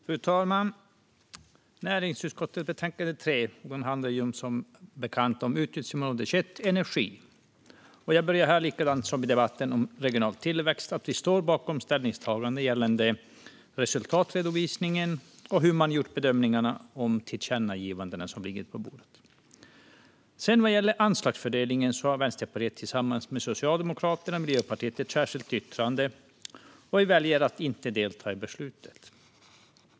Fru talman! Näringsutskottets betänkande nr 3 handlar som bekant om utgiftsområde 21 Energi. Jag börjar mitt anförande på samma sätt som i debatten om regional tillväxt: Vi står bakom ställningstagandena gällande resultatredovisningen och bedömningarna av de tillkännagivanden som ligger på bordet. Vad gäller anslagsfördelningar har Vänsterpartiet tillsammans med Socialdemokraterna och Miljöpartiet ett särskilt yttrande och väljer att inte delta i beslutet.